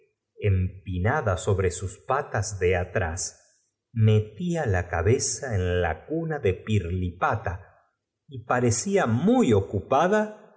empinada sobre sus patas de atrás viejo pero horrible para una princesita metía la cabeza en la cuna do pirlipata y tan joven paree a muy ocupada en